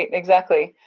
exactly.